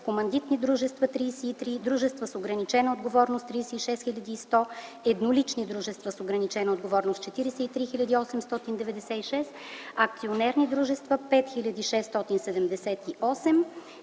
командитни дружества – 33, дружества с ограничена отговорност – 36 хил. 100, еднолични дружества с ограничена отговорност – 43 хил. 896, акционерни дружества – 5678,